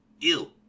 ill